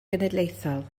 genedlaethol